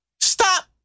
Stop